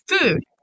food